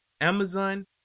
Amazon